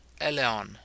eleon